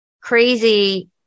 crazy